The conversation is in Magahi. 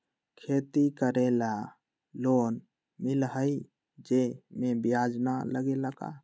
खेती करे ला लोन मिलहई जे में ब्याज न लगेला का?